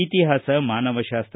ಇತಿಹಾಸ ಮಾನವಶಾಸ್ತ